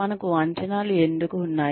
మనకు అంచనాలు ఎందుకు ఉన్నాయి